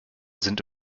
sind